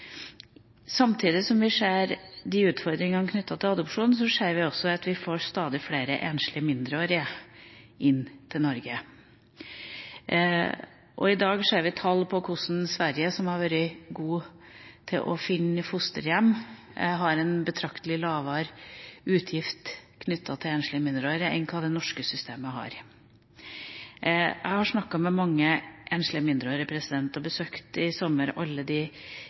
adopsjon, ser vi også at vi får stadig flere enslige mindreårige inn til Norge. I dag ser vi av tall hvordan Sverige, som har vært gode på å finne fosterhjem, har en betraktelig lavere utgift knyttet til enslige mindreårige enn hva det norske systemet har. Jeg har snakket med mange enslige mindreårige, og jeg besøkte i sommer alle de